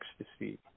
ecstasy